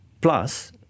plus